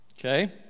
Okay